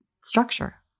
structure